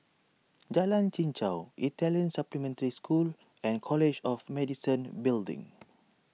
Jalan Chichau Italian Supplementary School and College of Medicine Building